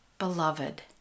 beloved